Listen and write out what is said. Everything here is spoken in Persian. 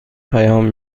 پیام